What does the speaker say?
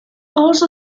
also